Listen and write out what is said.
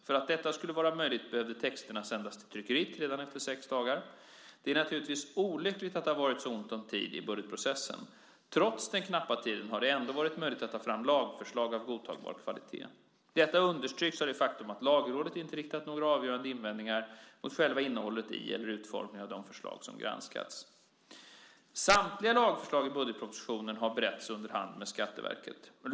För att detta skulle vara möjligt behövde texterna sändas till tryckeriet redan efter sex dagar. Det är naturligtvis olyckligt att det har varit så ont om tid i budgetprocessen. Trots den knappa tiden har det varit möjligt att ta fram lagförslag av godtagbar kvalitet. Detta understryks av det faktum att Lagrådet inte riktat några avgörande invändningar mot själva innehållet i eller utformningen av de förslag som granskats. Samtliga lagförslag i budgetpropositionen har beretts under hand med Skatteverket.